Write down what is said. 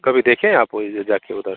कभी देखे हैं आप वही जाकर उधर